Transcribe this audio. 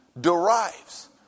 derives